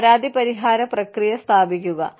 ഒരു പരാതി പരിഹാര പ്രക്രിയ സ്ഥാപിക്കുക